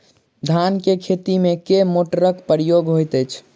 धान केँ खेती मे केँ मोटरक प्रयोग होइत अछि?